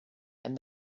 and